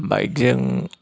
बाइकजों